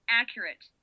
accurate